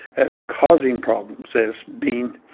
as causing problems, as being,